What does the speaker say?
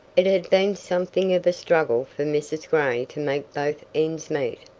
it had been something of a struggle for mrs. gray to make both ends meet.